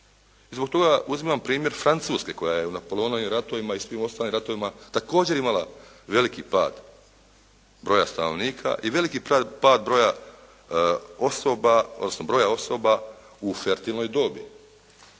i zbog toga uzimam primjer Francuske koja je u Napoleonovim ratovima i svim ostalim ratovima također imala veliki pad broja stanovnika i veliki pad broja osoba, odnosno